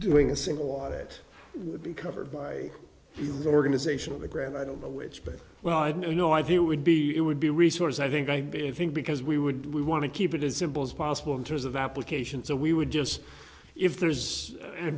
doing a single audit would be covered by the organization of the grand i don't know which but well you know i view would be it would be resource i think i think because we would we want to keep it as simple as possible in terms of application so we would just if there's a